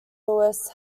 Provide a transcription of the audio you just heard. louis